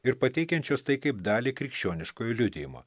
ir pateikiančios tai kaip dalį krikščioniškojo liudijimo